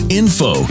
info